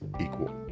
equal